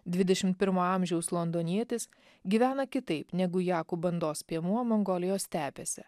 dvidešimt pirmo amžiaus londonietis gyvena kitaip negu jakų bandos piemuo mongolijos stepėse